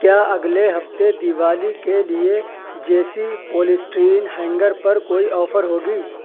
کیا اگلے ہفتے دیوالی کے لیے جے سی پولسٹرین ہینگر پر کوئی آفر ہوگی